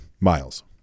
Miles